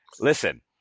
listen